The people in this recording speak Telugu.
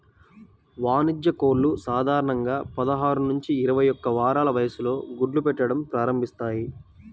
వాణిజ్య కోళ్లు సాధారణంగా పదహారు నుంచి ఇరవై ఒక్క వారాల వయస్సులో గుడ్లు పెట్టడం ప్రారంభిస్తాయి